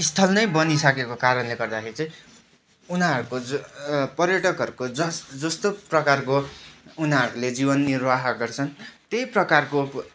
स्थल नै बनिसकेको कारणले गर्दाखेरि चाहिँ उनीहरूको ज पर्यटकहरूको जस जस्तो प्रकारको उनीहरूले जीवन निर्वाह गर्छन् त्यही प्रकारको